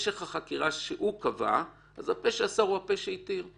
משך החקירה שהוא קבע, אז הפה שאסר הוא הפה שהתיר.